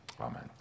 Amen